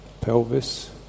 pelvis